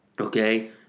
Okay